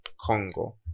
Congo